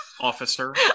officer